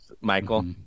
michael